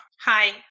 Hi